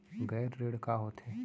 गैर ऋण का होथे?